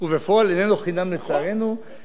ובפועל הוא איננו חינם, לצערנו, נכון.